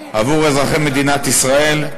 עבור אזרחי מדינת ישראל.